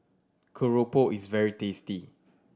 Keropok is very tasty